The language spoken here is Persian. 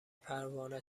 پروانه